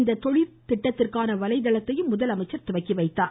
இந்த தொழிற்தட் திட்டத்திற்கான வலைதளத்தையும் முதலமைச்சர் துவக்கி வைத்தார்